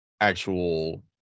actual